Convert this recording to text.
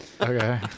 Okay